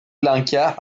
lanka